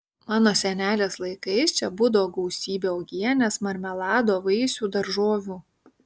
mano senelės laikais čia būdavo gausybė uogienės marmelado vaisių daržovių